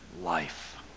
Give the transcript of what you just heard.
life